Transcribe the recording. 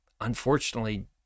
unfortunately